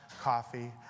coffee